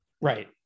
Right